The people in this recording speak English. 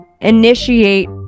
initiate